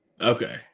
Okay